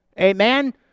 Amen